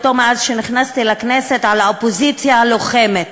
מאז נכנסתי לכנסת: "האופוזיציה הלוחמת".